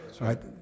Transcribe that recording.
right